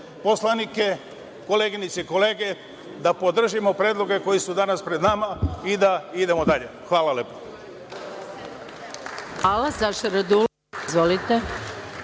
poslanike, koleginice i kolege da podržimo predloge koji su danas pred nama i da idemo dalje. Hvala lepo. **Maja Gojković**